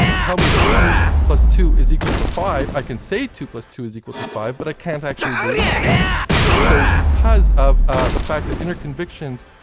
tell me that two plus two is equal to five i can say two plus two is equal to five, but i can't actually believe it so, because of ah the fact that inner convictions,